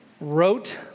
wrote